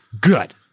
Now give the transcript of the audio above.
good